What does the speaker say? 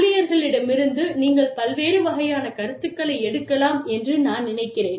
ஊழியர்களிடமிருந்து நீங்கள் பல்வேறு வகையான கருத்துக்களை எடுக்கலாம் என்று நான் நினைக்கிறேன்